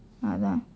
அதான்:athaan